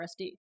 rsd